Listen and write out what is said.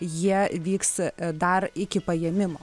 jie vyks dar iki paėmimo